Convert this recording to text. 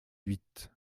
huit